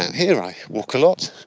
here, i walk a lot,